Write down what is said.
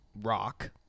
rock